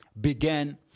began